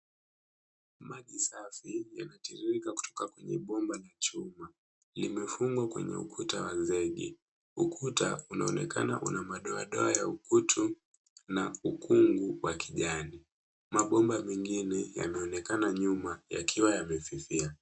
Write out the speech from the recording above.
Maji safi yanatiririka kutoka kwenye bomba la chuma .limefungwa kwenye ukuta wa zege. ukuta unaonekana una madoadoa ya ukutu na ukungu wa kijani. mabomba mengine yanaonekana nyuma. yakiwa yamefifia.